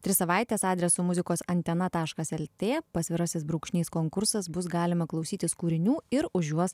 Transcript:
tris savaites adresu muzikos antena taškas el tė pasvirasis brūkšnys konkursas bus galima klausytis kūrinių ir už juos